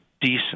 decent